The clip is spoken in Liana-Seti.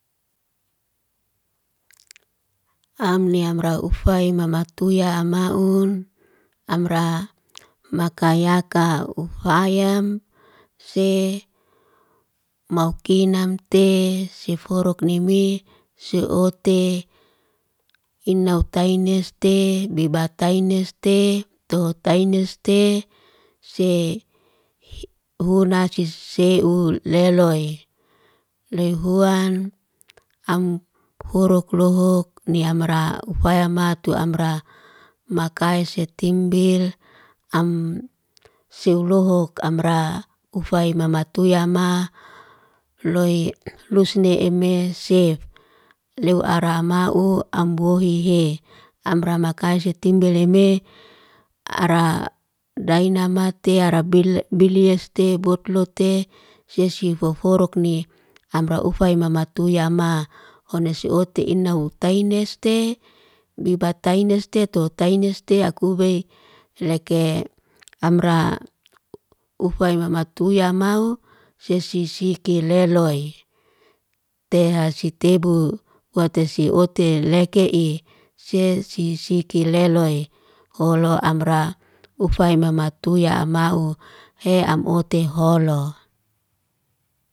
Am ni amra ufay mamatuya amaun. Amra makayaka ufayam. Se maukinam te, seforuk nimiy, seote. Ina utaineste beba taineste, to taineste, se h huna sise'u leloy. Lehuan am foroklohok ni amra ufayama tu amra makay setimbil. Am sewlohok amra ufay mamatuyama loy lusne eme seif. Lew ara ma'u ambohi hiy. Amra makay setimbil eme, ara dainamatea rabil bilesta botlote. Sesye foforok ni amra ufaya mamatuyama, hones ote ina'u taineste. Biba taineste to taineste, a kube leke amra ufay mamatuyamau sese siki leloy. Te hasi tebu watesi ote leke i sese siki leloy. Holo amra ufay mamatoyam mau he am ote holoh.